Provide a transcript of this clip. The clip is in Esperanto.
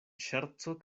ŝerco